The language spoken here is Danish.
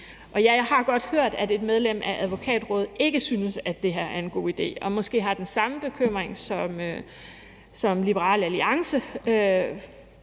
Ja, jeg har godt hørt, at et medlem af Advokatrådet ikke synes, at det her er en god idé, og at man måske har den samme bekymring som Liberal Alliance,